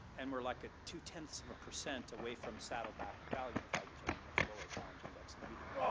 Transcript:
and we're like ah two tenths of a percent away from saddleback valley unified which has a much lower challenge index than we do.